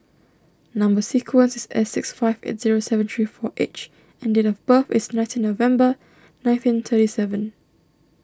Number Sequence is S six five eight zero seven three four H and date of birth is nineteen November nineteen thirty seven